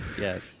Yes